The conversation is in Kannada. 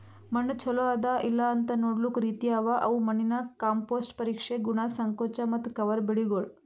ಮಣ್ಣ ಚಲೋ ಅದಾ ಇಲ್ಲಾಅಂತ್ ನೊಡ್ಲುಕ್ ರೀತಿ ಅವಾ ಅವು ಮಣ್ಣಿನ ಕಾಂಪೋಸ್ಟ್, ಪರೀಕ್ಷೆ, ಗುಣ, ಸಂಕೋಚ ಮತ್ತ ಕವರ್ ಬೆಳಿಗೊಳ್